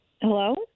Hello